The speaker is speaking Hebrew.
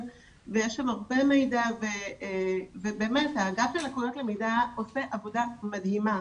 ויש שם הרבה מידע ובאמת האגף ללקויות למידה עושה עבודה מדהימה,